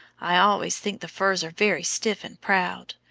i always think the firs are very stiff and proud.